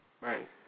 Right